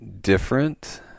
different